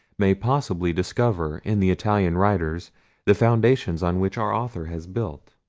may possibly discover in the italian writers the foundation on which our author has built.